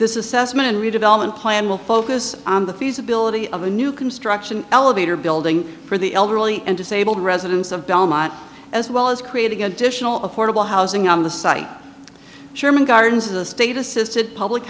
this is testament in redevelopment plan will focus on the feasibility of a new construction elevator building for the elderly and disabled residents of belmont as well as creating additional affordable housing on the site sherman gardens is a state assisted public